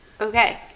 Okay